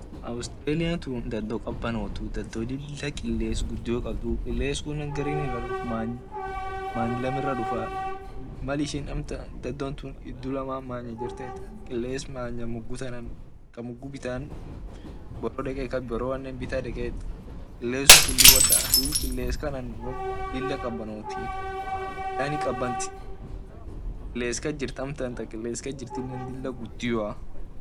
Australian tu laf lila kabanotii dado lila kiles gudio kabduu.